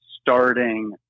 starting